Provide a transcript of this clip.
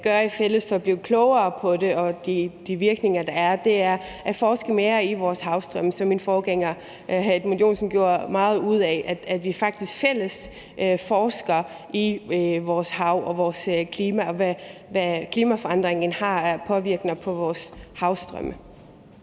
gøre i fællesskab for at blive klogere på det og de virkninger, der er, og det er at forske mere i vores havstrømme. Min forgænger, hr. Edmund Joensen, gjorde meget ud af, at vi faktisk udfører fælles forskning i vores hav og vores klima og i, hvad klimaforandringerne har af indvirkning på vores havstrømme.